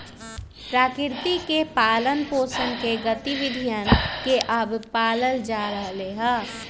प्रकृति के पालन पोसन के गतिविधियन के अब पाल्ल जा रहले है